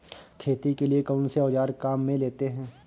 खेती के लिए कौनसे औज़ार काम में लेते हैं?